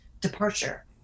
departure